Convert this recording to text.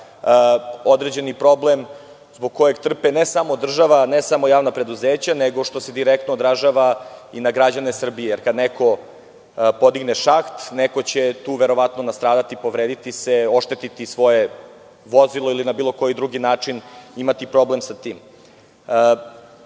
određeni problem zbog kojeg trpe ne samo država, ne samo javna preduzeća, nego što se direktno odražava i na građane Srbije, jer kad neko podigne šaht, neko će verovatno tu nastradati, povrediti se, oštetiti svoje vozilo ili na bilo koji drugi način imati problem sa